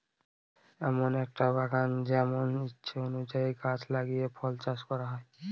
এমন একটা বাগান যেমন ইচ্ছে অনুযায়ী গাছ লাগিয়ে ফল চাষ করা হয়